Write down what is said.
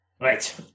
Right